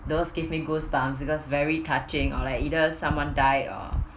those give me goosebumps because very touching or like either someone die or